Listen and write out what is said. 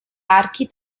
archi